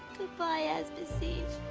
goodbye, azabeth siege.